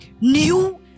new